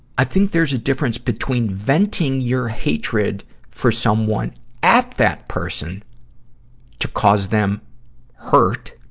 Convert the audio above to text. i think there's a difference between venting your hatred for someone at that person to cause them hurt,